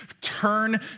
turn